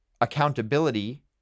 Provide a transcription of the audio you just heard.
accountability